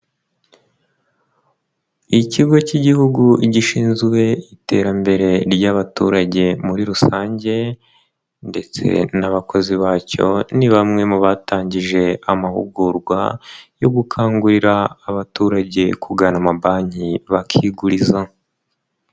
Ikigo cy'igihugu gishinzwe iterambere ry'abaturage muri rusange ndetse n'abakozi bacyo, ni bamwe mu batangije amahugurwa yo gukangurira abaturage kugana amabanki bakiguriza.